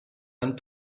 and